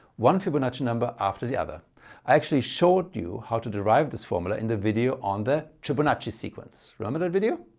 one fibonacci number after the other. i actually showed you how to derive this formula in the video on the tribonacci sequence. remember that video?